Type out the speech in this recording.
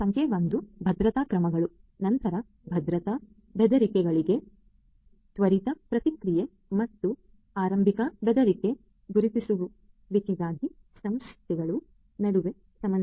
ಸಂಖ್ಯೆ 1 ಭದ್ರತಾ ಕ್ರಮಗಳು ನಂತರ ಭದ್ರತಾ ಬೆದರಿಕೆಗಳಿಗೆ ತ್ವರಿತ ಪ್ರತಿಕ್ರಿಯೆ ಮತ್ತು ಆರಂಭಿಕ ಬೆದರಿಕೆ ಗುರುತಿಸುವಿಕೆಗಾಗಿ ಸಂಸ್ಥೆಗಳ ನಡುವಿನ ಸಮನ್ವಯ